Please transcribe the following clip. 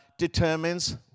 determines